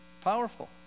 Powerful